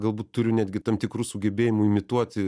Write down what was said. galbūt turiu netgi tam tikrų sugebėjimų imituoti